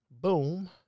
Boom